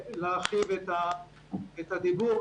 להרחיב את הדיבור.